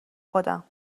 خودم